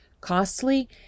costly